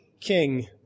king